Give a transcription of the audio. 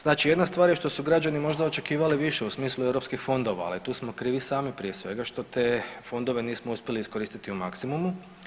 Znači jedna stvar je što su građani možda očekivali više u smislu europskih fondova, ali tu smo krivi sami prije svega što te fondove nismo uspjeli iskoristiti u maksimumu.